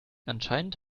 anscheinend